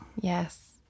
Yes